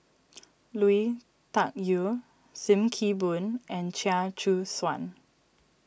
Lui Tuck Yew Sim Kee Boon and Chia Choo Suan